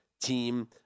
team